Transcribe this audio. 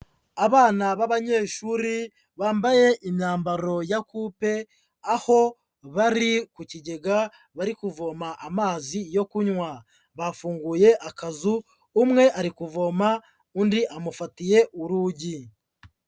Abana b'abanyeshuri bambaye imyambaro ya kupe, aho bari ku kigega bari kuvoma amazi yo kunywa, bafunguye akazu, umwe ari kuvoma undi amufatiye urugi.